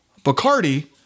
Bacardi